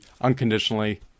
unconditionally